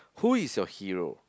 who is your hero